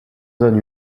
zones